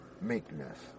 meekness